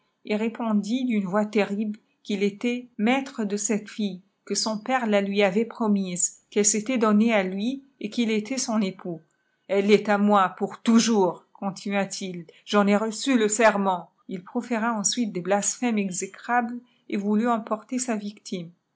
il répondit d'une voix terrible qu'il était maîtfe de cette fille que son père la lui avait protnise qu'elle s'était donnée à lui et qu'il était spn ëpoux elle est à moi pour toujours i contirfua t il j'en aireçt leerment u ii proféra ensuite des blasphèmes exécrables et yqulut emporter sa victime